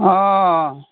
অঁ